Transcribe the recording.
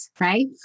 right